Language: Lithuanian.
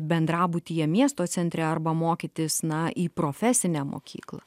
bendrabutyje miesto centre arba mokytis na į profesinę mokyklą